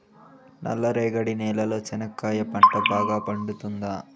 నల్ల రేగడి నేలలో చెనక్కాయ పంట బాగా పండుతుందా?